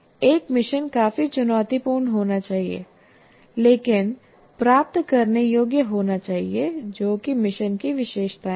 एक मिशन काफी चुनौतीपूर्ण होना चाहिए लेकिन प्राप्त करने योग्य होना चाहिए जो कि मिशन की विशेषताएं हैं